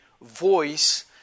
voice